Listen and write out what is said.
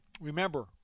Remember